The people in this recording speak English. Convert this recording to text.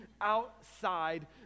outside